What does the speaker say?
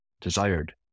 desired